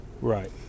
Right